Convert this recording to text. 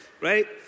right